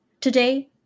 today